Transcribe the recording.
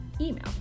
email